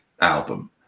album